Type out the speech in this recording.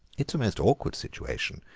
it's a most awkward situation,